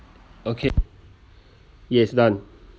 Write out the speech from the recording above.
okay yes done